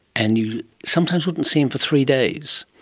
and you sometimes wouldn't see him for three days,